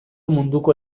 munduko